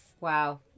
Wow